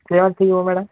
ಸೇವಂತಿ ಹೂ ಮೇಡಮ್